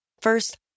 First